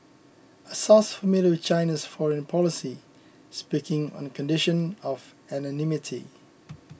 a source familiar with China's foreign policy speaking on condition of anonymity